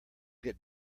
get